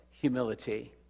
humility